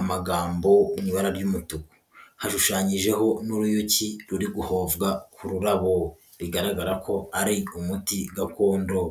amagambo mu ibara ry'umutuku, hashushanyijeho n'uruyuki ruri guhovwa ku rurabo, bigaragara ko ari umuti gakondo.